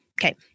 Okay